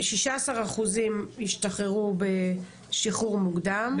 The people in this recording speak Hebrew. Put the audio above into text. כמה אחוזים השתחררו בשחרור מוקדם?